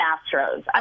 Astros